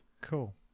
cool